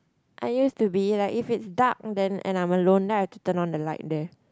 I used to be like if it's dark then and I'm alone then I have to turn on the light there